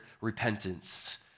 repentance